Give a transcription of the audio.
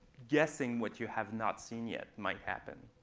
guessing what you have not seen yet might happen.